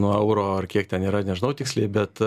nuo euro ar kiek ten yra nežinau tiksliai bet